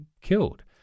killed